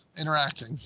interacting